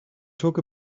took